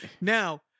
Now